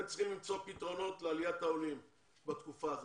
אתם צריכים למצוא פתרונות לעליית העולים בתקופה הזאת.